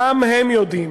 גם הם יודעים